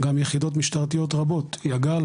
גם יחידות משטרתיות רבות יג"ל,